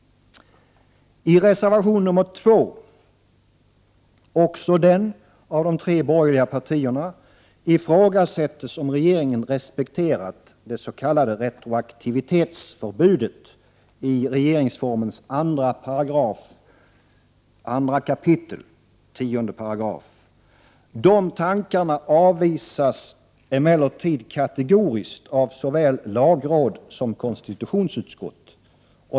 I reservation 2 — också den av de tre borgerliga partierna — ifrågasätts om regeringen respekterat det s.k. retroaktivitetsförbudet i regeringsformens 2 kap. 10 §. Dessa tankar avvisas emellertid kategoriskt av såväl lagråd som konstitutionsutskott.